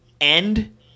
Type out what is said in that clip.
end